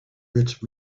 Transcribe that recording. rich